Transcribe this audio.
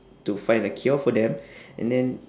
to find a cure for them and then